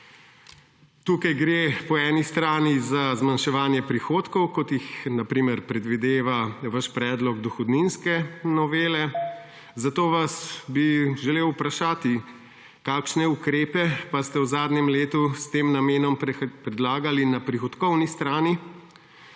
Tukaj gre po eni strani za zmanjševanje prihodkov, kot jih na primer predvideva vaš predlog dohodninske novele. Zato vas bi želel vprašati: Kakšne ukrepe pa ste v zadnjem letu s tem namenom predlagali na prihodkovni strani,